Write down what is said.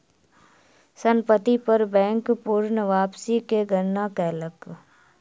संपत्ति पर बैंक पूर्ण वापसी के गणना कयलक